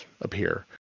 appear